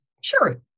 sure